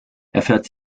erfährt